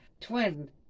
twin